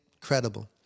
Credible